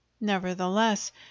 Nevertheless